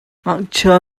ngakchia